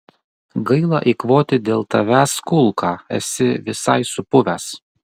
gaila eikvoti dėl tavęs kulką esi visai supuvęs